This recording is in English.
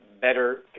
better